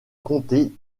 comté